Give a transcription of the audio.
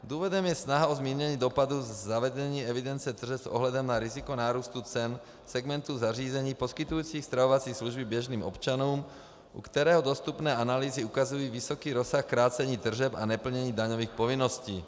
Důvodem je snaha o zmírnění dopadů zavedení evidence tržeb s ohledem na riziko nárůstu cen v segmentu zařízení poskytujících stravovací služby běžným občanům, u kterého dostupné analýzy ukazují vysoký rozsah krácení tržeb a neplnění daňových povinností.